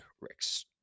Rick's